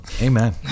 Amen